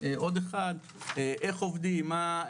איך עובדים,